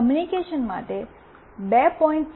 તે કૉમ્યુનિકેશન માટે 2